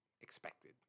expected